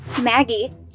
Maggie